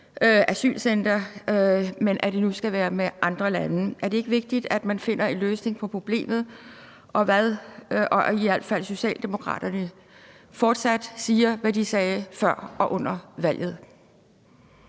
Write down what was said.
asylcenter, men at det nu skal være med andre lande? Er det ikke vigtigt, at man finder en løsning på problemet, og at i hvert fald Socialdemokraterne fortsat siger, hvad de sagde før og under valget?